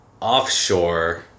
offshore